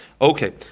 Okay